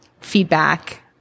feedback